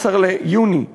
ב-18 ביוני 2009,